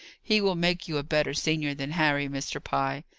he will make you a better senior than harry, mr. pye.